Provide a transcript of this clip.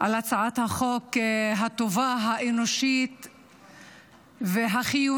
על הצעת החוק הטובה, האנושית והחיונית.